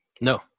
No